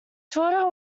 tudor